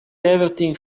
everything